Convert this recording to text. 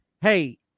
hey